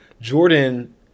Jordan